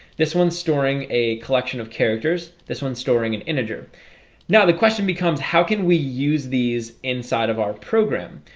this one's storing a collection of characters. this one's storing an integer now the question becomes how can we use the inside of our program?